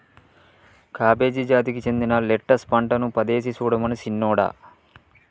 cabbage జాతికి సెందిన lettuce పంటలు పదేసి సుడమను సిన్నోడా